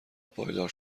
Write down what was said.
پایدار